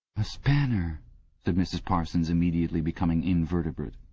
a spanner said mrs. parsons, immediately becoming invertebrate.